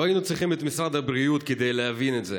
לא היינו צריכים את משרד הבריאות כדי להבין את זה,